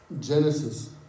Genesis